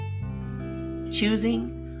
choosing